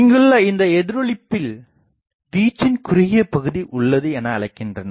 இங்குள்ள இந்த எதிரொளிப்பில் வீச்சின் குறுகியபகுதி உள்ளது எனஅழைக்கின்றனர்